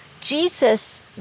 Jesus